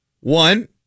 One